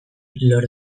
lor